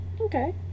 Okay